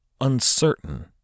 uncertain